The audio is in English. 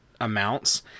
amounts